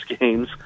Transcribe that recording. games